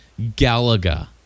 galaga